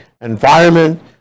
environment